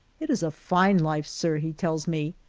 it is a fine life, sir, he tells me,